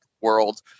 world